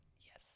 yes